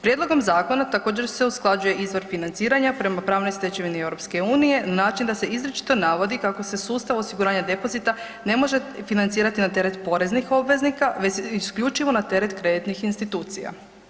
Prijedlogom zakona također se usklađuje izvor financiranja prema pravnoj stečevini EU na način da se izričito navodi kako se sustav osiguranja depozita ne može financirati na teret poreznih obveznika već isključivo na teret kreditnih institucija.